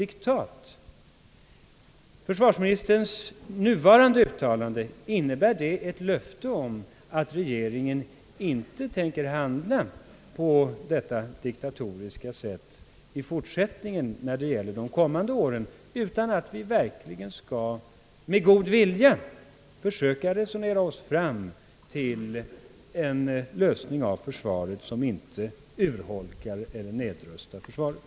Innebär försvarsministerns nuvarande uttalande ett löfte om att regeringen inte tänker handla på detta diktatoriska sätt i fortsättningen när det gäller de kommande åren, utan skall vi verkligen med god vilja försöka resonera oss fram till en lösning som inte urholkar eller nedrustar försvaret?